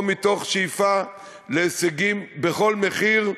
או מתוך שאיפה להישגים בכל מחיר,